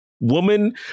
woman